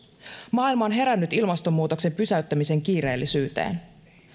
maailma on herännyt ilmastonmuutoksen pysäyttämisen kiireellisyyteen